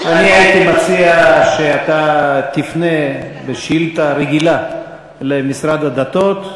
אני הייתי מציע שאתה תפנה בשאילתה רגילה למשרד הדתות,